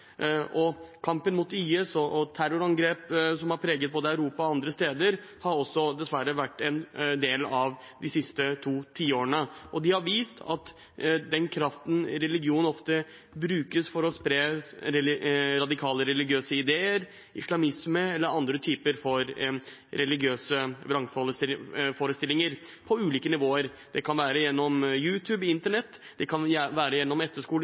og kampen mot IS og terrorangrep som har preget både Europa og andre steder, har dessverre også vært en del av de siste to tiårene. Det har vist at religionen ofte brukes for å spre radikale religiøse ideer, islamisme eller andre typer religiøse vrangforestillinger, på ulike nivåer. Det kan være gjennom YouTube og internett, det kan være gjennom